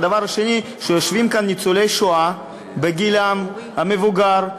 דבר שני, יושבים כאן ניצולי שואה, בגילם המבוגר,